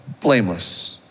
blameless